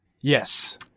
Yes